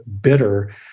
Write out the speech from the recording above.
bitter